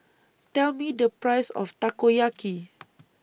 Tell Me The Price of Takoyaki